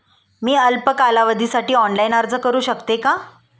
मी अल्प कालावधीसाठी ऑनलाइन अर्ज करू शकते का?